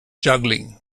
juggling